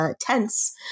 tense